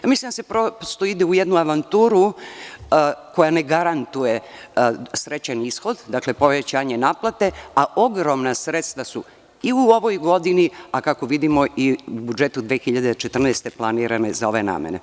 Mislim da se prosto ide u jednu avanturu koja ne garantuje srećan ishod, povećanje naplate, a ogromna sredstva su i u ovoj godini, a kako vidimo i u budžetu 2014. godine planirana za ove namene.